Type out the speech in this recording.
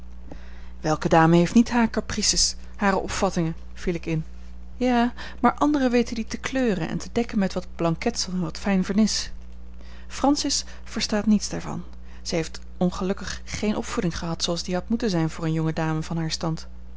welke dame heeft niet hare caprices hare opvattingen viel ik in ja maar anderen weten die te kleuren en te dekken met wat blanketsel en wat fijn vernis francis verstaat niets daarvan zij heeft ongelukkig geene opvoeding gehad zooals die had moeten zijn voor eene jonge dame van haar stand